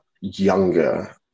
younger